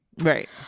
Right